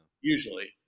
Usually